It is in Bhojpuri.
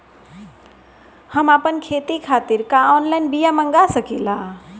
हम आपन खेती खातिर का ऑनलाइन बिया मँगा सकिला?